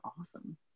awesome